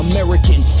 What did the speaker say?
American